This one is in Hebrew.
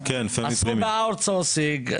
עשו באאוט סורסינג,